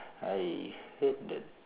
I heard that